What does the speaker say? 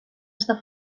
està